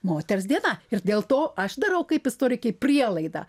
moters diena ir dėl to aš darau kaip istorikė prielaidą